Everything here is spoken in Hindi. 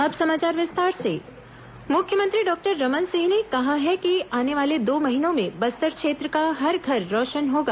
अटल विकास यात्रा मुख्यमंत्री डॉक्टर रमन सिह ने कहा है कि आने वाले दो महीनों में बस्तर क्षेत्र का हर घर रोशन होगा